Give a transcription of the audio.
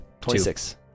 Twenty-six